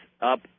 up